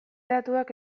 datuak